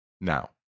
Now